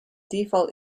default